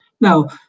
Now